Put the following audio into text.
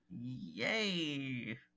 yay